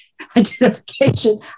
identification